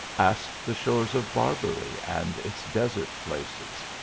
ask the shores of barbary and its desert places.